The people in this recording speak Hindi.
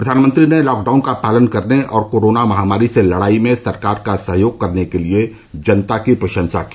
प्रधानमंत्री ने लॉकडाउन का पालन करने और कोरोना महामारी से लड़ाई में सरकार का सहयोग करने के लिए जनता की प्रशंसा की